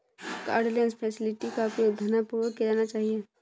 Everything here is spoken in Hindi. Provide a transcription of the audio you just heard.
कार्डलेस फैसिलिटी का उपयोग ध्यानपूर्वक किया जाना चाहिए